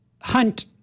hunt